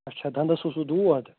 اچھا دَنٛدَس اوسوٕ دود